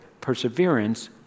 perseverance